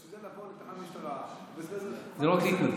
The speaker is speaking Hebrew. בשביל זה לבוא לתחנת משטרה --- זה לא רק להתנדב,